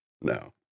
no